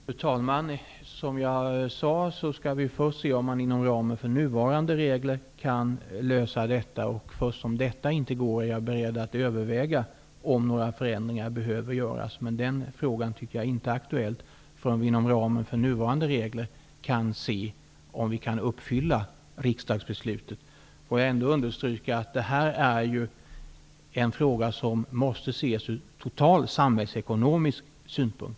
Fru talman! Som jag sade skall vi först se om man inom ramen för nuvarande regler kan lösa detta. Först när det har visat sig att det inte går är jag beredd att överväga om några förändringar behöver göras. Men den frågan tycker jag inte är aktuell innan vi inom ramen för nuvarande regler har sett om vi kan uppfylla riksdagsbeslutet. Får jag ändock understryka att det här är en fråga som måste ses från en total samhällsekonomisk synpunkt.